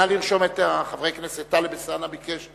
נא לרשום את חברי הכנסת, טלב אלסאנע ביקש.